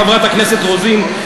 חברת הכנסת רוזין,